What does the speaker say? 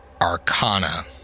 Arcana